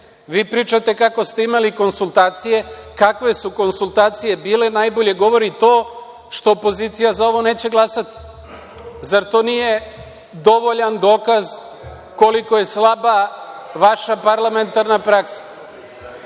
Vi pričate kako ste imali konsultacije, kakve su konsultacije bile najbolje govori to što opozicija za ovo neće glasati. Zar to nije dovoljan dokaz koliko je slaba vaša parlamentarna praksa. Kada